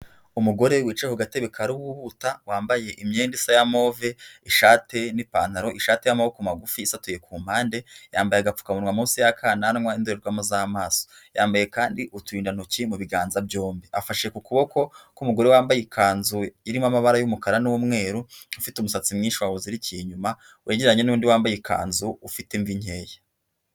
Umugore wicaye ku gatebe karahuta wambaye imyenda isa ya move ishati n' ipantaro, ishati y'amaboko magufi isatuye ku mpande yambaye agapfukamunwa munsi y'akananwa indorerwamo z'amaso, yambaye kandi uturindantoki mu biganza byombi, afashe ku kuboko k'umugore wambaye ikanzu irimo amabara y'umukara n'umweru ufite umusatsi mwinshi wawuzirikiye inyuma, wegeranye n'undi wambaye ikanzu ufite mbi nkeya.